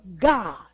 God